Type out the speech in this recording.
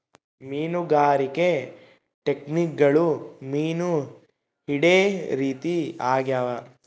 ಮೀನುಗಾರಿಕೆ ಟೆಕ್ನಿಕ್ಗುಳು ಮೀನು ಹಿಡೇ ರೀತಿ ಆಗ್ಯಾವ